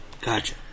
Gotcha